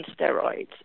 steroids